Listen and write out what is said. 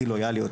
הכי לויאליות,